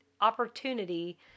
opportunity